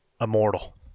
immortal